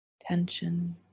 Tension